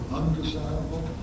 undesirable